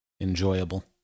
enjoyable